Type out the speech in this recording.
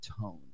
tone